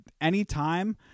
anytime